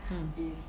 mm